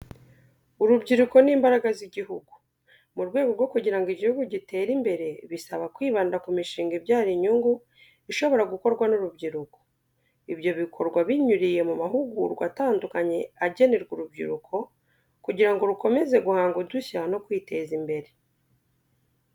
Urubyiruko ni imbaraga z'iguhugu. Mu rwego rwo kugira ngo igihugu gitere imbere bisaba kwibanda ku mishinga ibyara inyungu ishobora gukorwa n'urubyiruko. Ibyo bikorwa binyuriye mu mahugurwa atandukanye agenerwa urubyiruko, kugira ngo rukomeze guhanga udushya no kwiteza imbere.